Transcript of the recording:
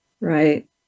right